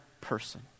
person